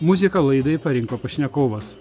muziką laidai parinko pašnekovas